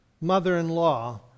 mother-in-law